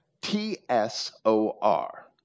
T-S-O-R